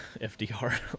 FDR